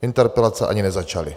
Interpelace ani nezačaly.